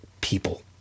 people